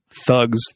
thugs